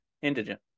Indigent